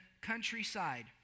countryside